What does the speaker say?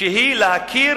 שהיא: "להכיר